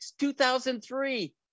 2003